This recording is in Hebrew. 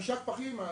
פחימה,